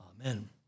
Amen